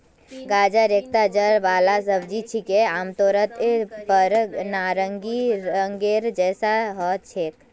गाजर एकता जड़ वाला सब्जी छिके, आमतौरेर पर नारंगी रंगेर जैसा ह छेक